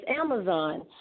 Amazon